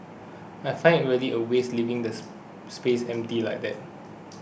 I find it really a waste leaving this space empty like that